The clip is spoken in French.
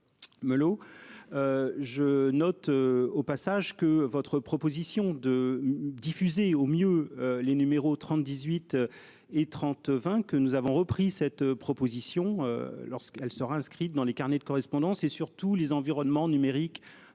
Mollo. Je note au passage que votre proposition de diffuser au mieux les numéros 30, 18 et 30 20 que nous avons repris cette proposition lorsqu'elle sera inscrite dans les carnets de correspondance et surtout les environnements numériques